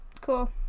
Cool